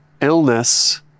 illness